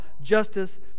justice